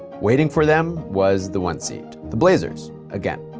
waiting for them was the one seed, the blazers, again.